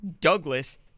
Douglas